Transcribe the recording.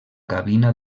cabina